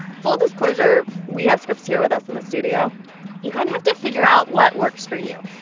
full disclosure we have scripts here with us in the studio you kind of have to figure out what works for you.